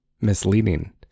misleading